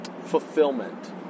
fulfillment